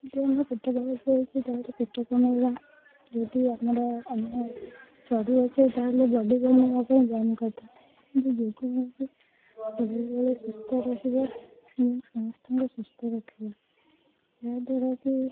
ଯାହାର ପେଟ ବାହାରି ଯାଇଛି ତାର ପେଟ କମେଇବା ଯଦି ଆମର ଆମେ ତାହେଲେ ବଡ଼ି ବନେଇବା ପାଇଁ ବ୍ୟାୟାମ୍ କରିଥାଉ ସବୁବେଳେ ସୁସ୍ଥ ରହିବା ଏବଂ ସମସ୍ତଙ୍କୁ ସୁସ୍ଥ ରଖିବା ଏହାଦ୍ୱାରାକି